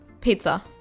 Pizza